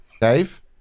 Dave